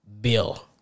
bill